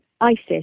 ISIS